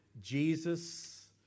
Jesus